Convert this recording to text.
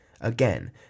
Again